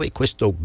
questo